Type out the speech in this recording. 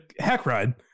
Hackride